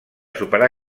superar